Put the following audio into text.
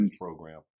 program